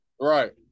Right